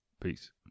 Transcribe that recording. Peace